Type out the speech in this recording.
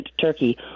turkey